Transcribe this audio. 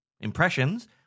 impressions